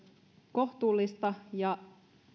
kohtuullista ja